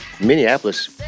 Minneapolis